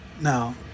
Now